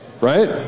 right